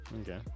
okay